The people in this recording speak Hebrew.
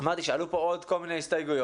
אמרתי שעלו פה עוד כל מיני הסתייגויות,